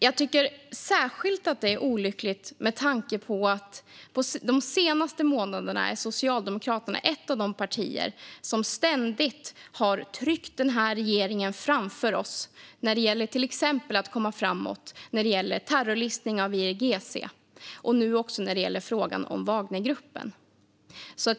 Jag tycker att det är särskilt olyckligt med tanke på att Socialdemokraterna de senaste månaderna har varit ett av de partier som ständigt har tryckt regeringen framför sig till exempel i fråga om att komma framåt när det gäller terrorlistning av IRGC och nu också när det gäller frågan om Wagnergruppen.